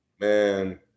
Man